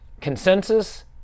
Consensus